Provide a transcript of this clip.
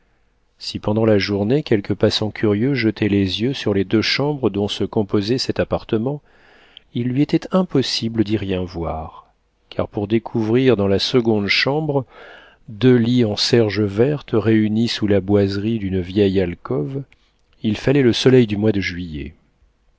si pendant la journée quelque passant curieux jetait les yeux sur les deux chambres dont se composait cet appartement il lui était impossible d'y rien voir car pour découvrir dans la seconde chambre deux lits en serge verte réunis sous la boiserie d'une vieille alcôve il fallait le soleil du mois de juillet